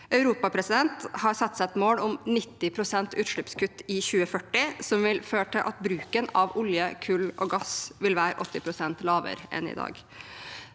Europa har satt seg et mål om 90 pst. utslippskutt i 2040, som vil føre til at bruken av olje, kull og gass vil være 80 pst. lavere enn i dag.